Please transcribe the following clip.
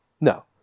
No